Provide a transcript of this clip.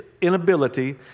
inability